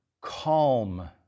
Calm